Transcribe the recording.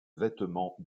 vêtements